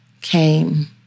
came